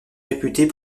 réputées